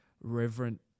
reverent